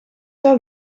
zou